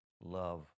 love